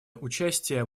участие